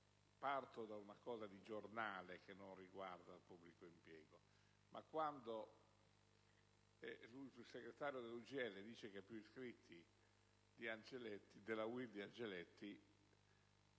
Parto da una notizia di giornale che non riguarda il pubblico impiego: quando il segretario dell'UGL dice che ha più iscritti della UIL di Angeletti